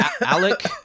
Alec